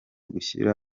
gushyira